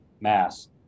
mass